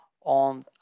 on